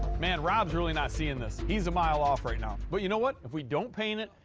man, rob's really not seeing this. he's a mile off right now, but you know what? if we don't paint it,